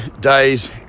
days